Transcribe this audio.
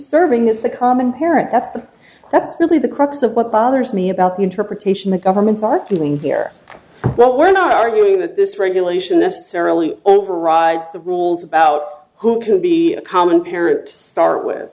serving as the common parent that's the that's really the crux of what bothers me about the interpretation the governments are feeling here but we're not arguing that this regulation necessarily overrides the rules about who can be a common carrier to start with